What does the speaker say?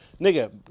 Nigga